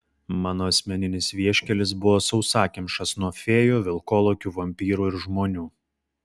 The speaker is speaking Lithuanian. mano asmeninis vieškelis buvo sausakimšas nuo fėjų vilkolakių vampyrų ir žmonių